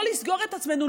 לא לסגור את עצמנו,